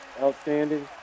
outstanding